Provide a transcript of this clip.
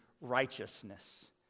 righteousness